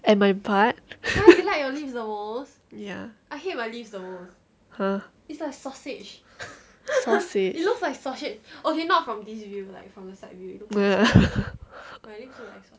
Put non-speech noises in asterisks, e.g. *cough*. and my butt *laughs* ya !huh! sausage *laughs*